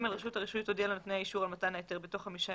רשות הרישוי תודיע לנותני האישור על מתן ההיתר בתוך חמישה